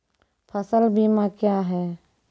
फसल बीमा क्या हैं?